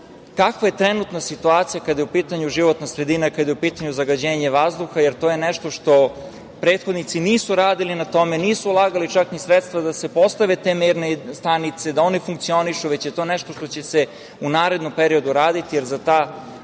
kakva je trenutna situacija kada je u pitanju životna sredina, kada je u pitanju zagađenje vazduha, jer to je nešto što prethodnici nisu radili na tome, nisu ulagali čak ni sredstva da se postave te merne stanice, da one funkcionišu, već je to nešto što će se u narednom periodu raditi, jer za te